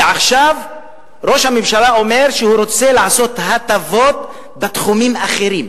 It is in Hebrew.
ועכשיו ראש הממשלה אומר שהוא רוצה לעשות הטבות בתחומים אחרים.